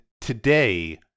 today